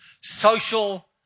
social